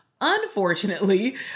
unfortunately